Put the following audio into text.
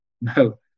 No